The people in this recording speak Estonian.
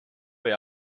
või